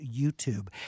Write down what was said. YouTube